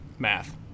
Math